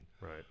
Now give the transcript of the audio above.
Right